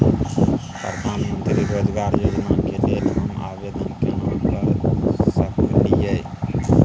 प्रधानमंत्री रोजगार योजना के लेल हम आवेदन केना कर सकलियै?